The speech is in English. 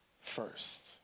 first